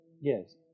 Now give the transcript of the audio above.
yes